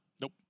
Nope